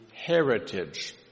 heritage